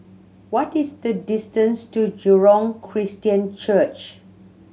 what is the distance to Jurong Christian Church